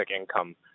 income